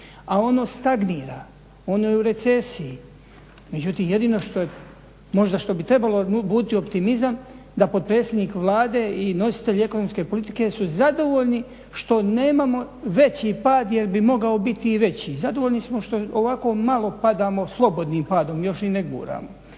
a ono stagnira, ono je u recesiji. Međutim, jedino možda što bi trebalo buditi optimizam da potpredsjednik Vlade i nositelji ekonomske politike su zadovoljni što nemamo veći pad jer bi mogao biti i veći. Zadovoljni smo što ovako malo padamo slobodnim padom, još ni ne guramo.